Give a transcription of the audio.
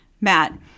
Matt